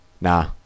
Nah